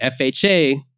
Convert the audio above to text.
FHA